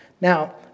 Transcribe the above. Now